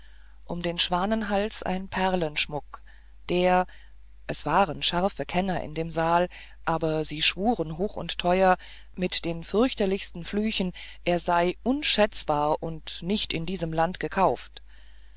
um den schwanenhals ein perlenschmuck der es waren scharfe kenner in dem saal aber sie schwuren hoch und teuer mit den fürchterlichsten flüchen er sei unschätzbar und nicht in diesem lande gekauft